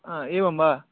हा एवं वा